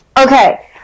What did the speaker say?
Okay